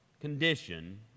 condition